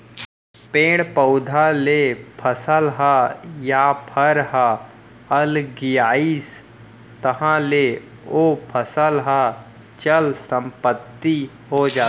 पेड़ पउधा ले फसल ह या फर ह अलगियाइस तहाँ ले ओ फसल ह चल संपत्ति हो जाथे